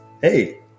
Hey